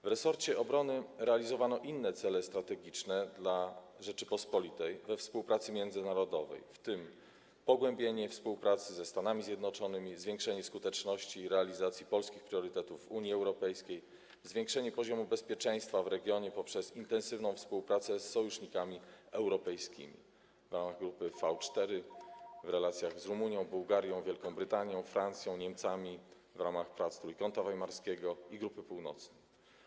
W resorcie obrony realizowano inne cele strategiczne dla Rzeczypospolitej we współpracy międzynarodowej, w tym pogłębienie współpracy ze Stanami Zjednoczonymi, zwiększenie skuteczności realizacji polskich priorytetów w Unii Europejskiej, zwiększenie poziomu bezpieczeństwa w regionie poprzez intensywną współpracę z sojusznikami europejskimi, w ramach grupy V4, w relacjach z Rumunią, Bułgarią, Wielką Brytanią, Francją, Niemcami, w ramach prac Trójkąta Weimarskiego i Grupy Północnej.